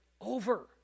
over